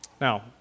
Now